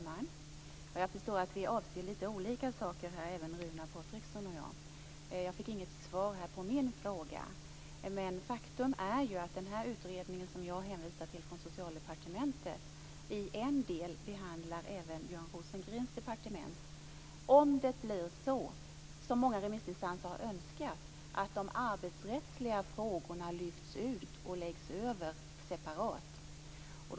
Fru talman! Jag förstår att vi avser lite olika saker, Runar Patriksson och jag. Jag fick inget svar på min fråga, men faktum är att den utredning från Socialdepartementet som jag hänvisade till berör även Björn Rosengrens departement. Många remissinstanser har önskat att de arbetsrättsliga frågorna lyfts ut och att de skall behandlas separat.